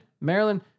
Maryland